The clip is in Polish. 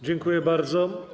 Dziękuję bardzo.